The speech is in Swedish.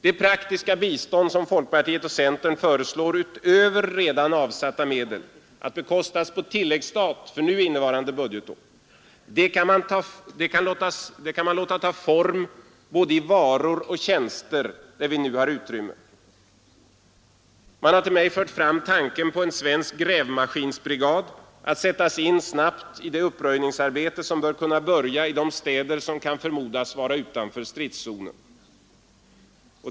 Det praktiska bistånd som folkpartiet och centern föreslår att utöver redan avsatta medel bekostas på tilläggsstat för innevarande budgetår kan man låta ta form både i varor och tjänster, där vi nu har utrymme. Man har till mig fört fram tanken på en svensk ”grävmaskinsbrigad” att snabbt sättas in vid det uppröjningsarbete som bör kunna börja i de städer som kan förmodas vara utanför stridszonen.